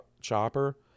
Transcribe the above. Chopper